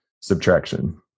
subtraction